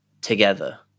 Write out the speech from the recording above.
Together